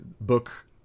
book